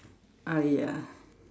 !aiya!